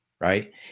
right